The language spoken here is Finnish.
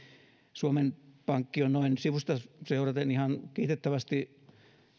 suomen pankki on noin sivusta seuraten ihan kiitettävästi